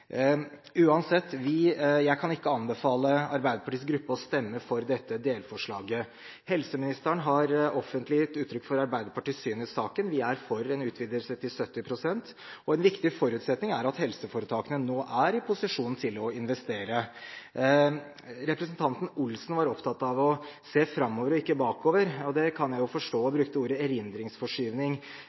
Uansett, jeg kan ikke anbefale Arbeiderpartiets gruppe å stemme for dette delforslaget. Helseministeren har offentlig gitt uttrykk for Arbeiderpartiets syn i saken. Vi er for en utvidelse til 70 pst. En viktig forutsetning er at helseforetakene nå er i posisjon til å investere. Representanten Per Arne Olsen var opptatt av å se framover og ikke bakover – det kan jeg forstå – og brukte ordet